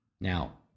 Now